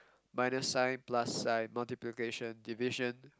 minus sign plus sign multiplication division